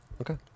Okay